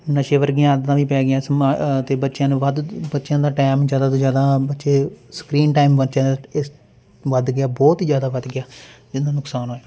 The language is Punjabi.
ਨਸ਼ੇ ਵਰਗੀਆਂ ਆਦਤਾਂ ਵੀ ਪੈ ਗਈਆਂ ਸ ਮਾਂ ਅਤੇ ਬੱਚਿਆਂ ਨੂੰ ਵੱਧ ਬੱਚਿਆਂ ਦਾ ਟਾਈਮ ਜ਼ਿਆਦਾ ਤੋਂ ਜ਼ਿਆਦਾ ਬੱਚੇ ਸਕਰੀਨ ਟਾਈਮ ਬੱਚਿਆ ਦਾ ਇਸ ਵੱਧ ਗਿਆ ਬਹੁਤ ਹੀ ਜ਼ਿਆਦਾ ਵੱਧ ਗਿਆ ਜਿਹਦੇ ਨਾਲ ਨੁਕਸਾਨ ਹੋਇਆ